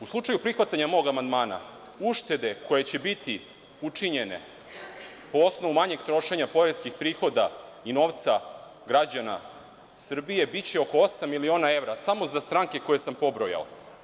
U slučaju prihvatanja mog amandmana uštede koje će biti učinjene po osnovu manjeg trošenja poreskih prihoda i novca građana Srbije biće oko 8.000.000 evra samo za stranke koje sam pobrojao.